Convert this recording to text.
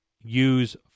use